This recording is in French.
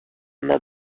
main